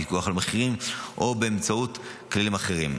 פיקוח על מחירים או באמצעות כלים אחרים.